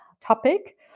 topic